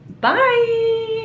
Bye